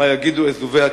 מה יגידו אזובי הקיר",